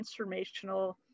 transformational